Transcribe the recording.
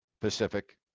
Pacific